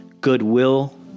goodwill